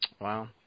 Wow